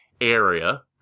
area